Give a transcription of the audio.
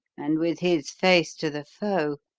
and with his face to the foe.